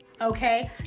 okay